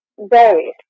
various